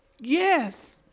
yes